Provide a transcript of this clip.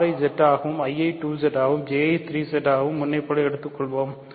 R ஐ Z ஆகவும் I ஐ 2Z ஆகவும் J ஐ 3Z ஆகவும் முன்பைப் போல எடுத்துக்கொள்வோம்